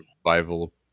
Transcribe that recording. Survival